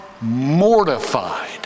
mortified